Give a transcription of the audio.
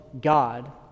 God